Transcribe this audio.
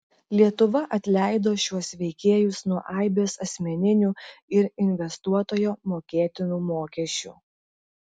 lietuva atleido šiuos veikėjus nuo aibės asmeninių ir investuotojo mokėtinų mokesčių